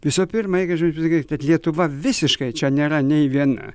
visų pirma reikia kaip sakyt kad lietuva visiškai čia nėra nei viena